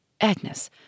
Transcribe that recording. Agnes